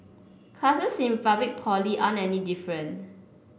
classes in public Poly aren't any different